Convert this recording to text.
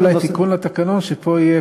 חבר הכנסת צחי הנגבי.